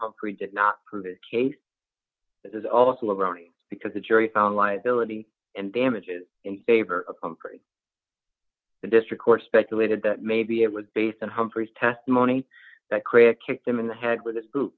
humphrey did not prove his case is also running because the jury found liability and damages in favor of the district or speculated that maybe it was based on humphries testimony that korea kicked him in the head with this